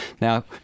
Now